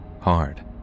hard